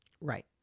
Right